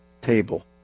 table